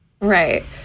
Right